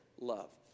love